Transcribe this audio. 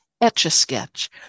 Etch-a-Sketch